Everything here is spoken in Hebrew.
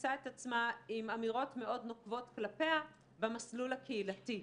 תמצא את עצמה עם אמירות מאוד נוקבות כלפיה במסלול הקהילתי.